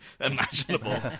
imaginable